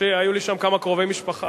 היו לי שם כמה קרובי משפחה,